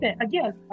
again